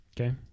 Okay